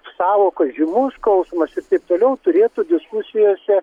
sąvokos žymus skausmas ir taip toliau turėtų diskusijose